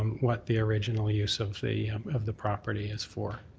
what the original use of the of the property is for.